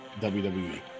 WWE